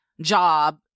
job